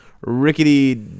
rickety